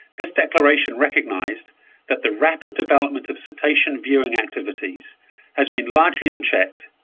this declaration recognized that the rapid development of cetacean viewing activities has been largely unchecked,